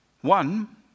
One